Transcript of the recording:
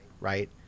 Right